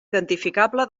identificable